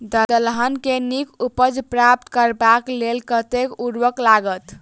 दलहन केँ नीक उपज प्राप्त करबाक लेल कतेक उर्वरक लागत?